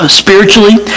spiritually